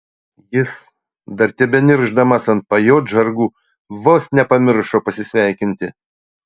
jis dar tebeniršdamas ant pajodžargų vos nepamiršo pasisveikinti